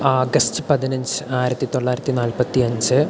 August പതിനഞ്ച് ആയിരത്തി തൊള്ളായിരത്തി നാൽപ്പത്തി അഞ്ച്